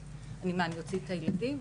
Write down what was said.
מה, אני אוציא את הילדים?